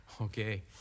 Okay